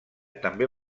també